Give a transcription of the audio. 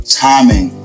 timing